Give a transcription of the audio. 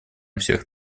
всех